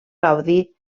gaudir